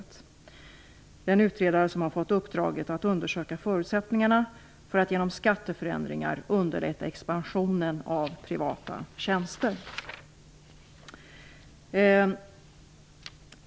Det är en utredare som har fått uppdraget att undersöka förutsättningarna för att genom skatteförändringar underlätta expansionen av privata tjänster.